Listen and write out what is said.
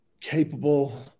capable